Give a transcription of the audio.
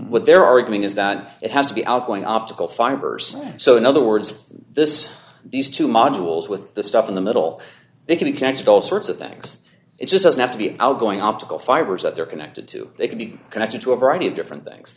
with their argument is that it has to be outgoing optical fibers so in other words this these two modules with the stuff in the middle they can connect all sorts of things it just doesn't have to be outgoing optical fibers that they're connected to they can be connected to a variety of different things